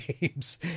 games